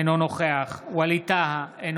אינו נוכח ווליד טאהא,